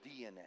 DNA